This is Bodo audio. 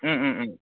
ओम ओम ओम